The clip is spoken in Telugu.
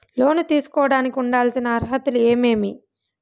లోను తీసుకోడానికి ఉండాల్సిన అర్హతలు ఏమేమి?